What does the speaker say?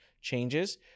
changes